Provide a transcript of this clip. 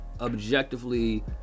Objectively